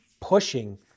pushing